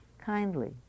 Kindly